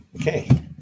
Okay